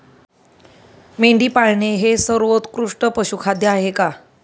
मेंढी पाळणे हे सर्वोत्कृष्ट पशुखाद्य आहे का?